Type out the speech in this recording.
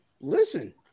listen